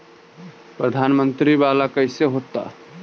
प्रधानमंत्री मंत्री वाला कैसे होता?